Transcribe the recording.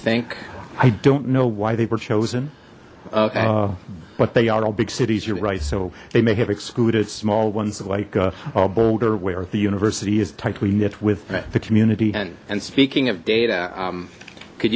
think i don't know why they were chosen but they are all big cities you're right so they may have excluded small ones like boulder where the university is tightly knit with the community and and speaking of data could